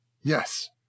Yes